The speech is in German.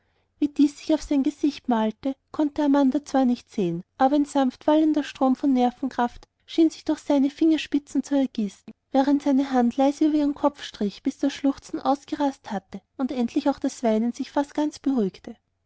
wie dies sich auf sein gesicht malte konnte amanda zwar nicht sehen aber ein sanft wallender strom von nervenkraft schien sich durch seine fingerspitzen zu ergießen während seine hand leise über ihren kopf strich bis das schluchzen ausgerast hatte und endlich auch das weinen sich fast ganz beruhigte